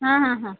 हां हां हां